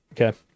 Okay